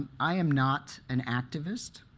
i am not an activist.